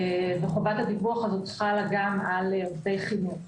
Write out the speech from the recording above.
וחובת הדיווח הזאת חלה גם על עובדי חינוך,